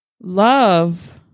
love